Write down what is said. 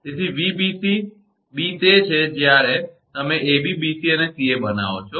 તેથી 𝑉𝑏𝑐 b તે છે જ્યારે તમે 𝑎𝑏 𝑏𝑐 𝑐𝑎 બનાવો છો